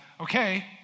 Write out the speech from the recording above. okay